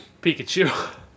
Pikachu